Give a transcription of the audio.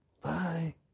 Bye